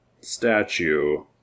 statue